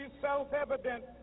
self-evident